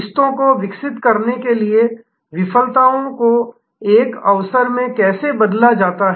रिश्तों को विकसित करने के लिए विफलताओं को एक अवसर में कैसे बदला जा सकता है